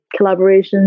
collaborations